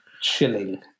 chilling